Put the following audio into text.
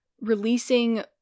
releasing